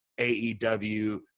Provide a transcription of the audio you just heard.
AEW